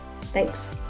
Thanks